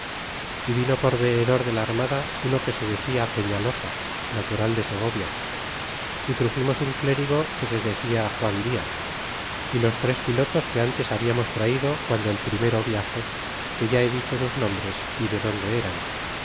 e vino por veedor de la armada uno que se decia peñalosa natural de segovia y truximos un clérigo que se decia juan diaz y los tres pilotos que ntes habiamos traido piando el primero viage que ya he dicho sus nombres y de dónde eran